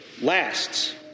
lasts